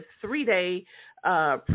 three-day